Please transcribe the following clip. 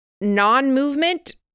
Non-movement